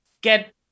get